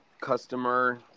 customer